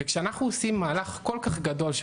וכשאנחנו עושים מהלך כל כך גדול שהוא